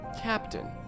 Captain